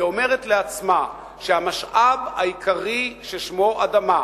והיא אומרת לעצמה שהמשאב העיקרי ששמו אדמה,